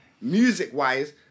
Music-wise